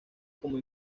como